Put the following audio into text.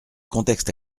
contexte